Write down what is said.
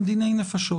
ההיתר.